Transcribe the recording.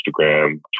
Instagram